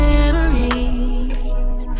memories